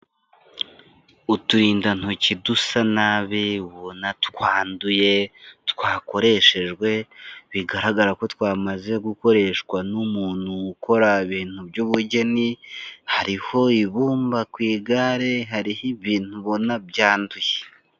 Uturindantoki dusa nabi, ubona twanduye, twakoreshejwe bigaragara ko twamaze gukoreshwa n'umuntu ukora ibintu by'ubugeni, hariho ibumba ku igare, hariho ibintu ubona byanduye.